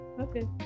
Okay